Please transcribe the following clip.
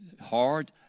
hard